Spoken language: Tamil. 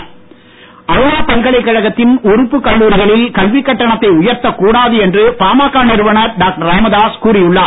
ராமதாஸ் அண்ணா பல்கலைக்கழகத்தின் உறுப்பு கல்லூரிகளில் கல்விக் கட்டணத்தை உயர்த்தக் கூடாது என்று பாமக நிறுவனர் டாக்டர் ராமதாஸ் கூறி உள்ளார்